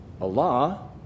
Allah